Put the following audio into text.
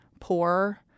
poor